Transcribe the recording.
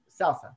Salsa